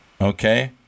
okay